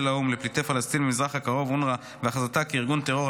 האו"ם לפליטי פלסטין במזרח הקרוב (אונר"א) והכרזתה כארגון טרור,